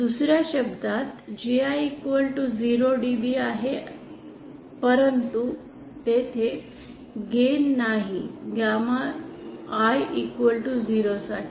दुसर्या शब्दात Gi0dB आहे परंतु तेथे गेन नाही गॅमा i0 साठी